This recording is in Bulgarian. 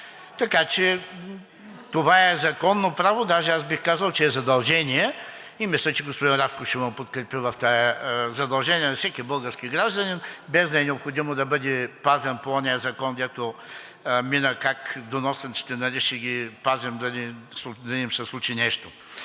Така че това е законно право, даже бих казал, че е задължение, и мисля, че господин Рашков ще ме подкрепи, задължение е на всеки български гражданин, без да е необходимо да бъде пазен по оня закон, който мина, как доносниците ще ги пазим да не им се случи нещо.